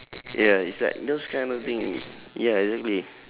ya it's like those kind of thing yeah exactly